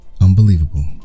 unbelievable